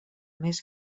més